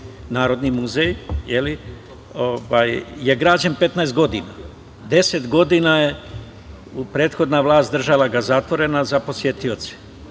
Narodni muzej, je li, je građen 15 godina. Deset godina ga je prethodna vlast držala zatvorenim za posetioce.